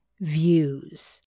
views